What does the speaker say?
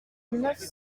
neuf